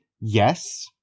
yes